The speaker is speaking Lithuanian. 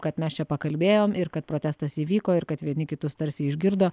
kad mes čia pakalbėjom ir kad protestas įvyko ir kad vieni kitus tarsi išgirdo